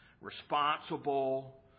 responsible